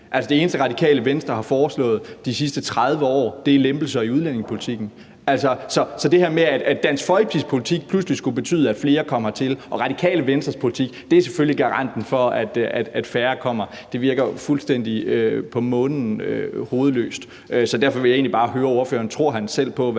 Det eneste, Radikale Venstre har foreslået de sidste 30 år, er lempelser i udlændingepolitikken. Så det her med, at Dansk Folkepartis politik pludselig skulle betyde, at flere kom hertil, og at Radikale Venstres politik selvfølgelig er garanten for, at færre kommer, virker fuldstændig på månen og hovedløst. Derfor vil jeg egentlig bare høre ordføreren, om han selv